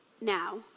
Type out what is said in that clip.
Now